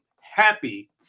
Happy